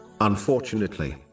Unfortunately